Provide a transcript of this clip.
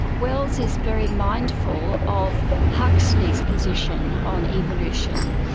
wells is very mindful of huxley's position on evolution,